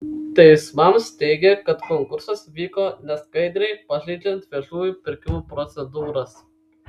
teismams teigė kad konkursas vyko neskaidriai pažeidžiant viešųjų pirkimų procedūras